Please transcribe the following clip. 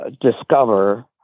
discover